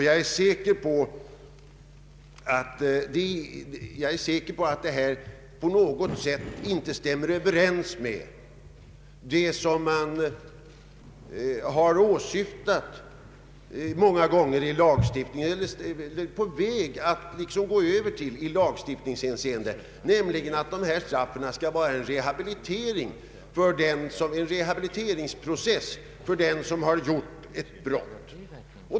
Jag är säker på att förslaget på något sätt inte stämmer överens med vad man är på väg att gå över till i lagstiftningshänseende, nämligen att straffet skall vara en rehabiliteringsprocess för den som har begått ett brott.